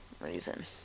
reason